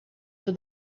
for